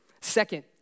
Second